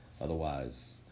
otherwise